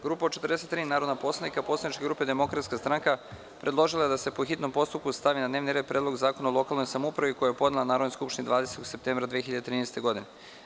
Grupa od 43 narodna poslanika poslaničke grupe DS predložila je da se po hitnom postupku stavi na dnevni red Predlog zakona o lokalnoj samoupravi koji je podnela Narodnoj skupštini 20. septembra 2013. godine.